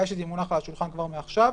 אבל כדאי שזה יהיה מונח על השולחן כבר מעכשיו.